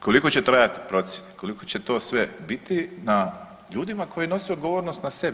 Koliko će trajati procjene, koliko će to sve biti na ljudima koji nose odgovornost na sebi.